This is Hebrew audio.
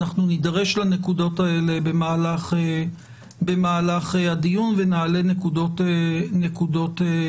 אנחנו נידרש לנקודות האלה במהלך הדיון ונעלה נקודות נוספות.